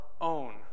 own